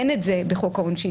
אין את זה כרגע בחוק העונשין.